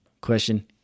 Question